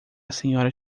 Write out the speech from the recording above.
sra